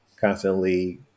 constantly